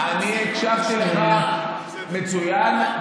אני הקשבתי לך מצוין.